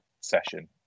session